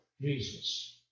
Jesus